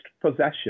possession